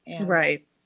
Right